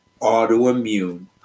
autoimmune